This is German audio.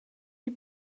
die